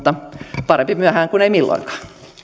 aiemmin mutta parempi myöhään kuin ei milloinkaan